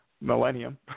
millennium